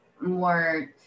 more